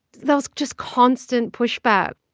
there was just constant pushback.